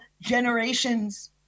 generations